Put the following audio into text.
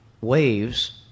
waves